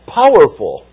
powerful